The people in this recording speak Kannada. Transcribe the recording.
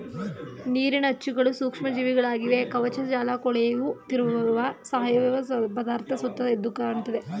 ನೀರಿನ ಅಚ್ಚುಗಳು ಸೂಕ್ಷ್ಮ ಜೀವಿಗಳಾಗಿವೆ ಕವಕಜಾಲಕೊಳೆಯುತ್ತಿರುವ ಸಾವಯವ ಪದಾರ್ಥ ಸುತ್ತ ಎದ್ದುಕಾಣ್ತದೆ